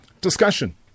discussion